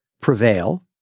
prevail